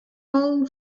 all